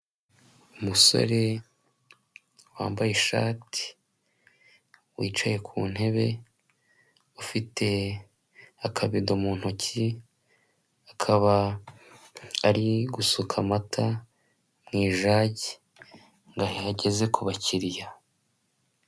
Umusore wambaye ishati, wicaye ku ntebe, ufite akabido mu ntoki, akaba ari gusuka amata mu ijagi, ngo ayageze ku bakiriya.